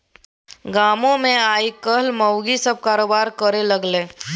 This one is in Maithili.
गामोमे आयकाल्हि माउगी सभ कारोबार करय लागलै